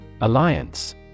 Alliance